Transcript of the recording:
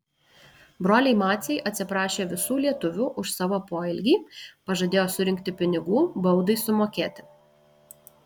broliai maciai atsiprašė visų lietuvių už savo poelgį pažadėjo surinkti pinigų baudai sumokėti